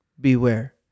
beware